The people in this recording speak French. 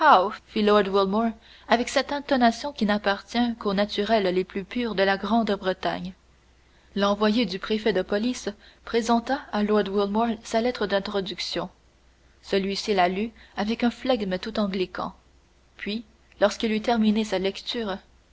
avec cette intonation qui n'appartient qu'aux naturels les plus purs de la grande-bretagne l'envoyé du préfet de police présenta à lord wilmore sa lettre d'introduction celui-ci la lut avec un flegme tout anglican puis lorsqu'il eut terminé sa lecture